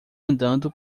andando